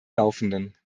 laufenden